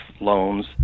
loans